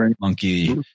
monkey